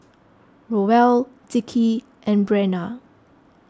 Roel Dickie and Breanna